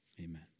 amen